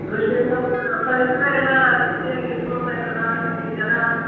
ಅದಕ್ಕೆ ಸ್ವಲ್ಪ ಪರಿಸರ ಎಲ್ಲ ಶುಚಿಯಾಗಿ ಇಟ್ಕೊತಾಯಿದ್ದಾರಾ ಹೇಗೆ ಜನ